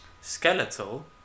Skeletal